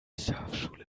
surfschule